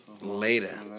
later